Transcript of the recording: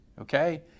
okay